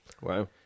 Wow